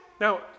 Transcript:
Now